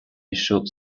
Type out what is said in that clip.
issue